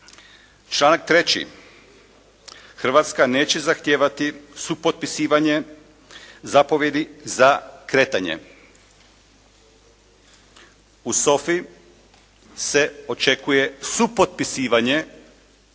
Članak 3. Hrvatska neće zahtijevati supotpisivanje zapovjedi za kretanje. U SOFA-i se očekuje supotpisivanje